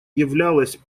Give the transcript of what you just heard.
являлось